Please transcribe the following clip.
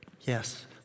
Yes